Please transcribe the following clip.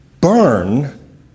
burn